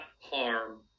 harm